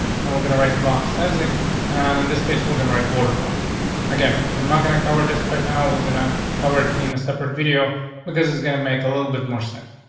and we're gonna write box sizing on and in this case, we're gonna write border bucks again. i'm not gonna cover this right now. we're gonna cover it in a separate video because it's gonna make a little bit more sense.